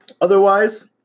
otherwise